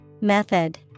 Method